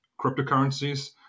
cryptocurrencies